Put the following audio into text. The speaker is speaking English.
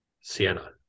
Sienna